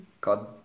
God